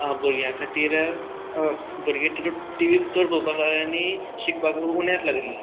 भुरग्यां खातीर भुरगे तेतूंत टी वी चड पळोवपाक लागले आनी शिकपाक उण्याक लागली